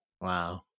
Wow